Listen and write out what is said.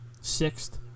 sixth